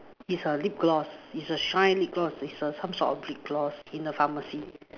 it's a lip gloss it's a shine lip gloss it's a some sort of lip gloss in the pharmacy